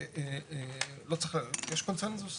יש קונצנזוס